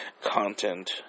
content